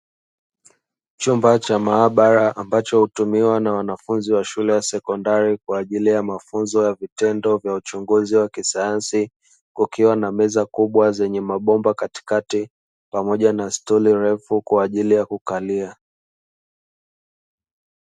Chumba cha maabara ambacho hutumiwa na wanafunzi wa shule ya sekondari kwa ajili ya mafunzo ya vitendo vya uchunguzi wa kisayansi, kukiwa na meza kubwa zenye mabomba katikati pamoja na stuli refu kwa ajili ya kukalia.